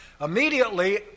Immediately